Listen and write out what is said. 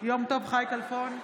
יום טוב חי כלפון,